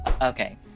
Okay